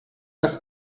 das